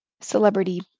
celebrity